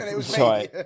sorry